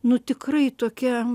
nu tikrai tokia